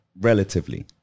relatively